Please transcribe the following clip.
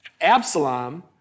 Absalom